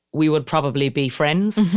we would probably be friends.